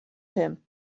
him